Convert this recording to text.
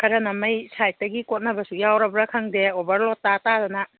ꯈꯔꯅ ꯃꯩ ꯁꯥꯏꯠꯇꯒꯤ ꯀꯣꯠꯅꯕꯁꯨ ꯌꯥꯎꯔꯕ꯭ꯔꯥ ꯈꯪꯗꯦ ꯑꯣꯚꯔꯂꯣꯠ ꯇꯥ ꯇꯥꯗꯅ